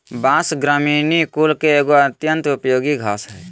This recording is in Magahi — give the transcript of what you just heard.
बाँस, ग्रामिनीई कुल के एगो अत्यंत उपयोगी घास हइ